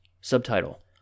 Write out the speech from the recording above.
Subtitle